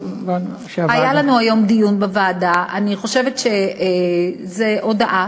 היה לנו היום דיון בוועדה, אני חושבת שזו הודעה,